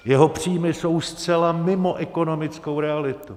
Jeho příjmy jsou zcela mimo ekonomickou realitu.